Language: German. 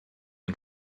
ein